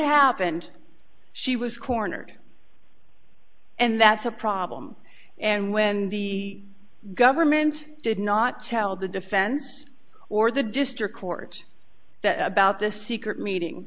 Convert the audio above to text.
happened she was cornered and that's a problem and when the government did not tell the defense or the district court that about this secret meeting